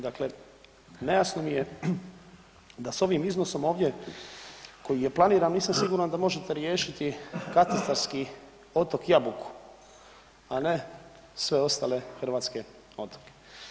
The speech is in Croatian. Dakle, nejasno mi je da s ovim iznosom ovdje koji je planiran nisam siguran da možete riješiti katastarski Otok Jabuku, a ne sve ostale hrvatske otoke.